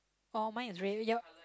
oh mine is red yup